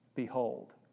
Behold